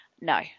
No